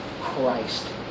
Christ